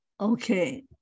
Okay